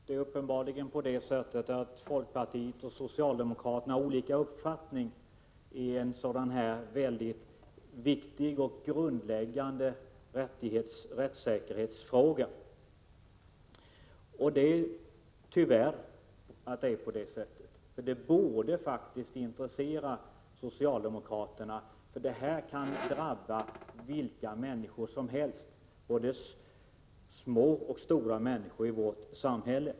Herr talman! Folkpartiet och socialdemokraterna har uppenbarligen olika uppfattning i denna viktiga och grundläggande rättssäkerhetsfråga. Tyvärr är det så, men det borde faktiskt intressera socialdemokraterna för sådana här skador kan drabba vilka människor som helst, både små och stora människor i samhället.